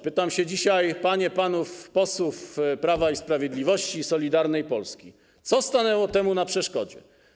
Pytam dzisiaj panie, panów posłów Prawa i Sprawiedliwości i Solidarnej Polski, co stanęło temu na przeszkodzie.